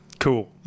cool